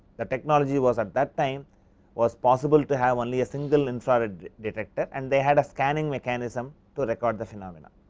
the technology was at that time was possible to have only a single infrared detector. and they had the scanning mechanism to record the phenomena,